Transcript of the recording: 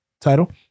title